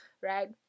right